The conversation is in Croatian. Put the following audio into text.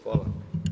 Hvala.